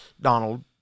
Donald